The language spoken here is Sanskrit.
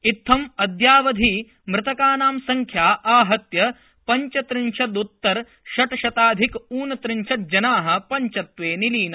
इत्थम् अद्यावधि मृतकानां संख्या आहत्य पंचत्रिंशद्रत्तर षट्शताधिक ऊनत्रिंशज्जना पंचत्वे निलीना